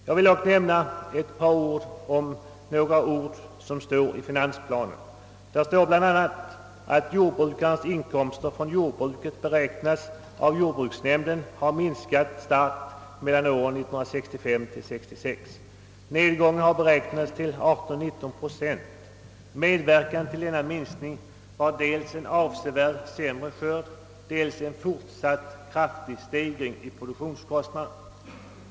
Jag vill dock nämna några ord av det som står i finansplanen, bland annat att jordbrukarnas inkomster från jordbruket av jordbruksnämnden beräknas ha minskat starkt åren 1965—1966. Siffran beräknas utgöra 18—19 procent. Medverkande till denna minskning var dels avsevärt sämre skörd, dels en fortsatt kraftig stegring av produktionskostnaderna.